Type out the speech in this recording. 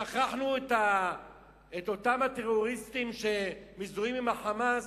שכחנו את אותם טרוריסטים שמזוהים עם ה"חמאס",